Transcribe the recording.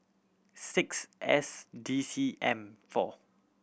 six S D C M four